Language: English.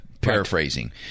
paraphrasing